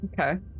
Okay